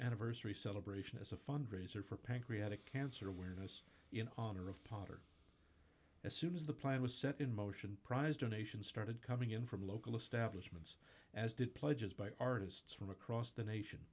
anniversary celebration as a fundraiser for pancreatic cancer awareness in on earth potter as soon as the plan was set in motion prize donations started coming in from local establishments as did pledges by artists from across the nation